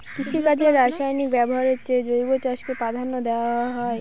কৃষিকাজে রাসায়নিক ব্যবহারের চেয়ে জৈব চাষকে প্রাধান্য দেওয়া হয়